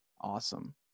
awesome